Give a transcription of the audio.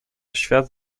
świat